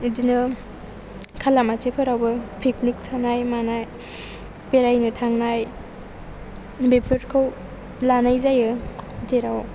बिदिनो खालामाथिफोरावबो पिकनिक जानाय मानाय बेरायनो थांनाय बेफोरखौ लानाय जायो जेराव